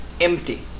empty